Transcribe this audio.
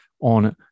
on